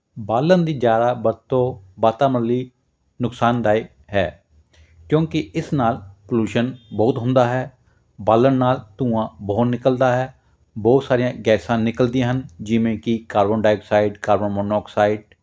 ਬਾਲਣ ਦੀ ਜ਼ਿਆਦਾ ਵਰਤੋਂ ਵਾਤਾਵਰਨ ਲਈ ਨੁਕਸਾਨਦਾਇਕ ਹੈ ਕਿਉਂਕਿ ਇਸ ਨਾਲ ਪਲੂਸ਼ਨ ਬਹੁਤ ਹੁੰਦਾ ਹੈ ਬਾਲਣ ਨਾਲ ਧੂੰਆਂ ਬਹੁਤ ਨਿਕਲਦਾ ਹੈ ਬਹੁਤ ਸਾਰੀਆਂ ਗੈਸਾਂ ਨਿਕਲਦੀਆਂ ਹਨ ਜਿਵੇਂ ਕਿ ਕਾਰਬਨ ਡਾਈਆਕਸਾਈਡ ਕਾਰਬਨ ਮੋਨੋਆਕਸਾਈਡ